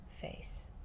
face